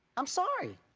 i'm sorry.